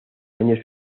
año